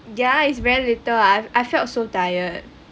ya it's very little I felt so tired